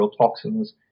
toxins